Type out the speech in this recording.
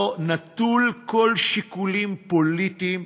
נטול כל שיקולים פוליטיים.